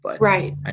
right